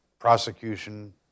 prosecution